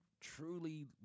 truly